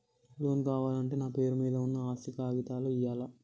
Loan కావాలంటే నా పేరు మీద ఉన్న ఆస్తి కాగితాలు ఇయ్యాలా?